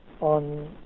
on